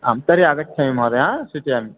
आं तर्हि आगच्छामि महोदय सूचयामि